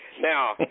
Now